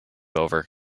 over